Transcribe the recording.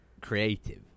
creative